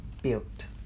built